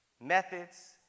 methods